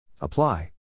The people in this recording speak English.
Apply